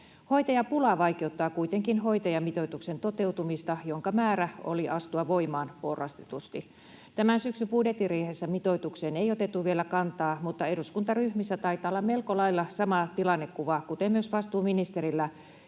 Hoitajapula vaikeuttaa kuitenkin hoitajamitoituksen toteutumista, jonka oli määrä astua voimaan porrastetusti. Tämän syksyn budjettiriihessä mitoitukseen ei otettu vielä kantaa, mutta eduskuntaryhmissä taitaa olla melko lailla sama tilannekuva kuin myös vastuuministerillä,